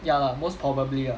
ya lah most probably ah